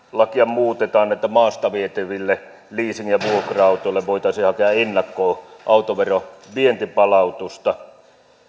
muutetaan niin että maasta vietäville leasing ja vuokra autoille voitaisiin hakea ennakkoon autoveron vientipalautusta